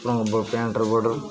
କ'ଣ ହବ ପ୍ୟାଣ୍ଟର ବର୍ଡ଼ର